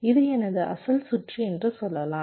இது எனது அசல் சுற்று என்று சொல்லலாம்